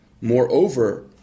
Moreover